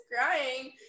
crying